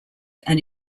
and